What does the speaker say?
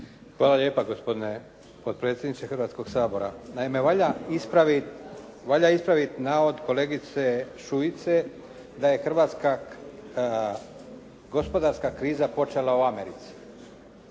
Hvala lijepo gospodine potpredsjedniče Hrvatskoga sabora. Naime, valja ispraviti navod kolegice Šuice da je Hrvatska gospodarska kriza počela u Americi.